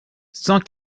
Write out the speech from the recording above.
cent